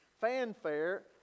fanfare